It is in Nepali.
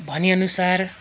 भनेअनुसार